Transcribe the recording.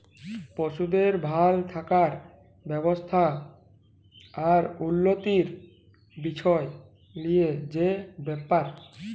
পশুদের ভাল থাকার ব্যবস্থা আর উল্যতির বিসয় লিয়ে যে ব্যাপার